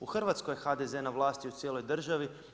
U Hrvatskoj je HDZ na vlasti u cijeloj državi.